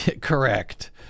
Correct